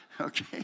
Okay